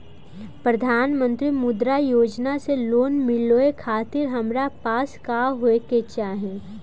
प्रधानमंत्री मुद्रा योजना से लोन मिलोए खातिर हमरा पास का होए के चाही?